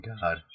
god